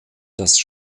das